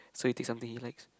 so you take something he likes